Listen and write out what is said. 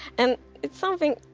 and it's something,